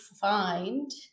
find